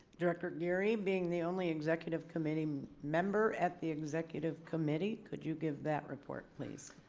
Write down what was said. director geary being the only executive committee um member at the executive committee. could you give that report please.